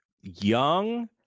young